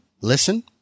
listen